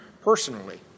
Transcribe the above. personally